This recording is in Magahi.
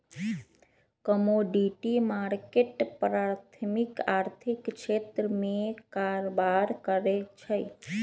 कमोडिटी मार्केट प्राथमिक आर्थिक क्षेत्र में कारबार करै छइ